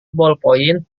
bolpoin